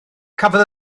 cafodd